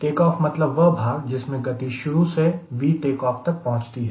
takeoff मतलब वह भाग जिसमें गति शुरू से V take off तक पहुंचती है